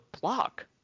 block